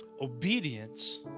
Obedience